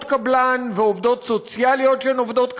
קבלן ועובדות סוציאליות שהן עובדות קבלן,